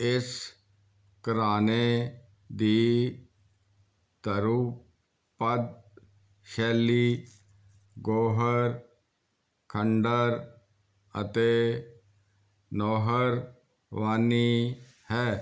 ਇਸ ਘਰਾਣੇ ਦੀ ਧਰੁਪਦ ਸ਼ੈਲੀ ਗੌਹਰ ਖੰਡਰ ਅਤੇ ਨੌਹਰਵਾਨੀ ਹੈ